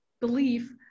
belief